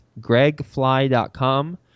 gregfly.com